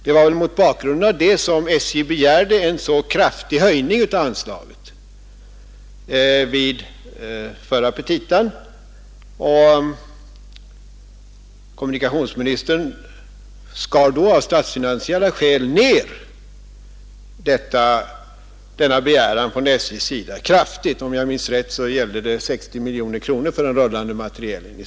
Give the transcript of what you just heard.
Det var väl mot bakgrunden av det som SJ begärde en så avsevärd höjning av anslaget i sina förra petita. Kommunikationsministern skar då av statsfinansiella skäl kraftigt ned denna begäran från SJ — om jag minns rätt gällde det 60 miljoner kronor för den rullande materielen.